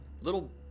little